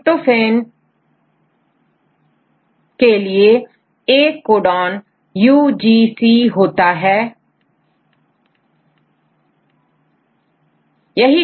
Tryptophan के लिए केवल एक कोडॉन UGC होता है